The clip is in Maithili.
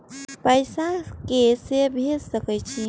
पैसा के से भेज सके छी?